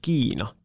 Kiina